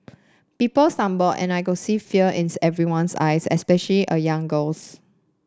people stumbled and I could see fear in everyone's eyes especially a young girl's